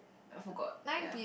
I forgot ya